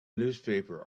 newspaper